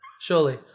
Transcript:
surely